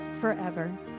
forever